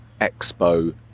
expo